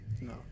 No